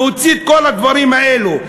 להוציא את כל הדברים האלה,